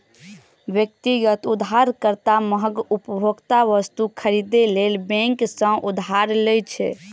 व्यक्तिगत उधारकर्ता महग उपभोक्ता वस्तु खरीदै लेल बैंक सं उधार लै छै